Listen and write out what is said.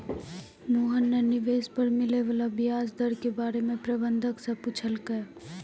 मोहन न निवेश पर मिले वाला व्याज दर के बारे म प्रबंधक स पूछलकै